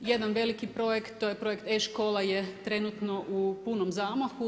Jedan veliki projekt, to je projekt e-škola je trenutno u punom zamahu.